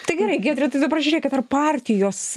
tai gerai giedre tai dabar žiūrėkit ar partijos